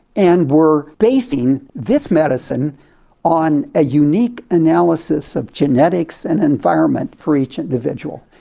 and we're basing this medicine on a unique analysis of genetics and environment for each individual.